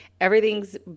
Everything's